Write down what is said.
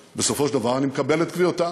בסופו של דבר אני מקבל את קביעותיו,